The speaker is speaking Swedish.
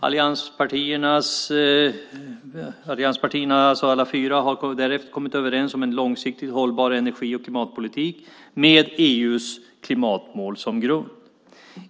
Allianspartierna, alla fyra, har därefter kommit överens om en långsiktigt hållbar energi och klimatpolitik med EU:s klimatmål som grund.